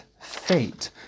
fate